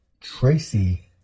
Tracy